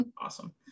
Awesome